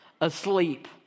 asleep